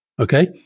Okay